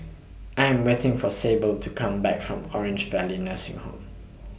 I Am waiting For Sable to Come Back from Orange Valley Nursing Home